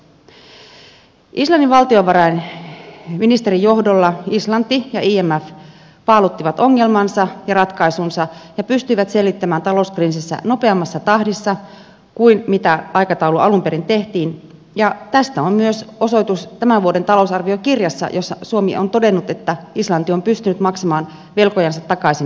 islannin valtiovarainministerin johdolla islanti ja imf paaluttivat ongelmansa ja ratkaisunsa ja pystyivät selvittämään talouskriisin nopeammassa tahdissa kuin mitä aikataulu alun perin tehtiin ja tästä on myös osoitus tämän vuoden talousarviokirjassa jossa suomi on todennut että islanti on pystynyt maksamaan velkojansa takaisin nopeutetussa tahdissa